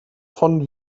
von